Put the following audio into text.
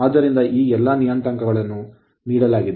ಈ ಎಲ್ಲಾ ನಿಯತಾಂಕಗಳನ್ನು ನೀಡಲಾಗಿದೆ